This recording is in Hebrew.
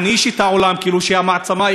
כאילו היא המעצמה היחידה בעולם,